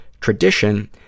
tradition